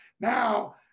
Now